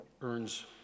earns